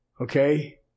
Okay